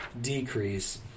decrease